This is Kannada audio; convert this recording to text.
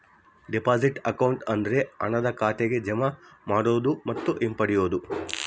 ಡೆಪಾಸಿಟ್ ಅಕೌಂಟ್ ಅಂದ್ರೆ ಹಣನ ಖಾತೆಗೆ ಜಮಾ ಮಾಡೋದು ಮತ್ತು ಹಿಂಪಡಿಬೋದು